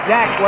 Jack